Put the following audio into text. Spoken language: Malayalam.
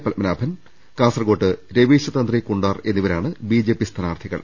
പത്മനാഭൻ കാസർകോട് രവീശ തന്ത്രി കുണ്ടാർ എന്നിവരാണ് ബിജെപി സ്ഥാനാർത്ഥികൾ